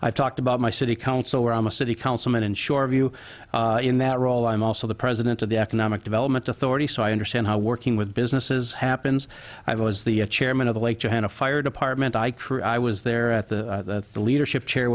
i've talked about my city council where i'm a city councilman in shoreview in that role i'm also the president of the economic development authority so i understand how working with businesses happens i was the chairman of the lake of fire department i crew i was there at the the leadership chair